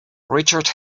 richard